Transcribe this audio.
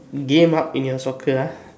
game up in your soccer lah